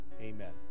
Amen